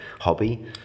hobby